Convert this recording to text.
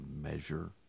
measure